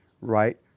right